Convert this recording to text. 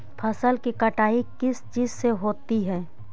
फसल की कटाई किस चीज से होती है?